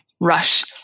rush